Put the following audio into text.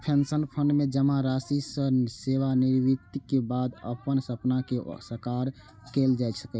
pension fund मे जमा राशि सं सेवानिवृत्तिक बाद अपन सपना कें साकार कैल जा सकैए